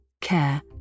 care